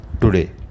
today